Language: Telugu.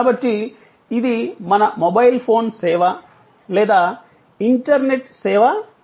కాబట్టి ఇది మన మొబైల్ ఫోన్ సేవ లేదా ఇంటర్నెట్ సేవ లాంటిది